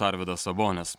arvydas sabonis